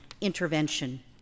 intervention